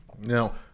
Now